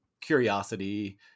curiosity